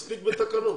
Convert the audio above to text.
מספיק בתקנות.